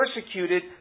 persecuted